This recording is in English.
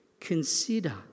Consider